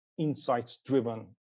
insights-driven